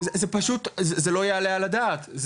זה פשוט לא יעלה על הדעת,